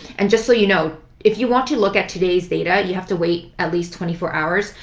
and just so you know, if you want to look at today's data, you have to wait at least twenty four hours.